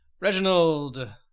Reginald